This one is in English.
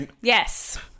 Yes